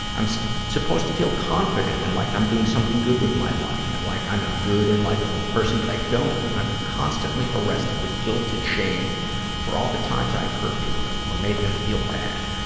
i'm so supposed to feel confident and like i'm doing something good with my life and like i'm a good an and likable person, but i don't. i'm constantly arrested with guilt and shame for all the times i've hurt people or made them feel bad,